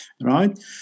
right